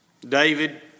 David